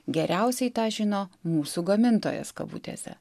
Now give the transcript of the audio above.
geriausiai tą žino mūsų gamintojas kabutėse